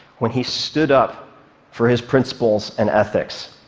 when he stood up for his principles and ethics,